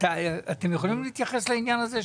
אתם יכולים להתייחס לעניין הזה?